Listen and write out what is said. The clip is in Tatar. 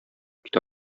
китә